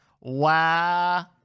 Wow